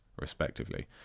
respectively